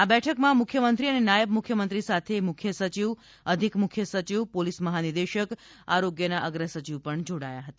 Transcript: આ બેઠકમાં મુખ્યમંત્રી અને નાયબ મુખ્યમંત્રી સાથે મુખ્ય સચિલ અધિક મુખ્ય સચિવ પોલીસ મહાનિદેશક આરોગયના અગ્રસચિવ પણ જોડાયા હતા